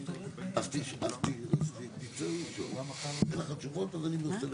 אם אין לך תשובות אז אני מנסה לבד.